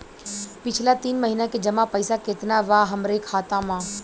पिछला तीन महीना के जमा पैसा केतना बा हमरा खाता मे?